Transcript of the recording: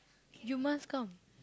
you must come